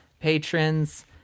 patrons